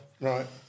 Right